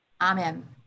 Amen